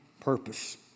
purpose